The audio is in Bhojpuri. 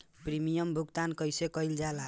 प्रीमियम भुगतान कइसे कइल जाला?